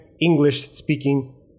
english-speaking